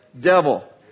devil